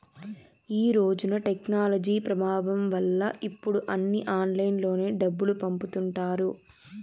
ఈ రోజున టెక్నాలజీ ప్రభావం వల్ల ఇప్పుడు అన్నీ ఆన్లైన్లోనే డబ్బులు పంపుతుంటారు